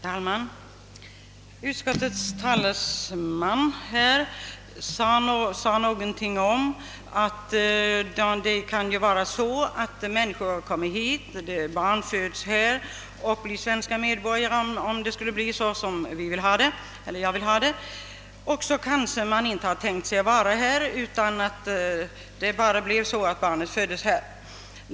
Herr talman! Utskottets talesman sade någonting om att det kan inträffa att människor kommer hit och barn föds här och blir svenska medborgare, om det skulle bli så som jag önskar. Kanske hade de inte tänkt sig att stanna här, utan det bara blev så att barnet föddes här.